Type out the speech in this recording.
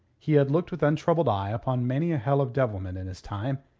he had looked with untroubled eye upon many a hell of devilment in his time,